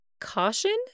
caution